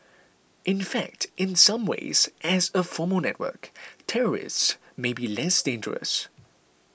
in fact in some ways as a formal network terrorists may be less dangerous